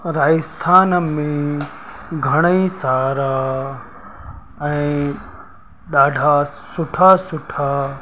राजस्थान में घणेई सारा ऐं ॾाढा सुठा सुठा